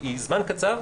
היא זמן קצר,